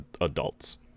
adults